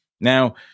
Now